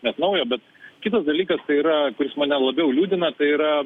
net naujo bet kitas dalykas yra kuris mane labiau liūdina tai yra